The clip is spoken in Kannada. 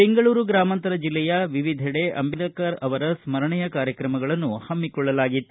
ಬೆಂಗಳೂರು ಗ್ರಾಮಾಂತರ ಜಿಲ್ಲೆಯ ವಿವಿದೆಡೆ ಅಂಬೇಡ್ಕರ್ ಅವರ ಸ್ಸರಣೆಯ ಕಾರ್ಯಕ್ರಮಗಳನ್ನು ಹಮ್ಮಿಕೊಳ್ಳಲಾಗಿತ್ತು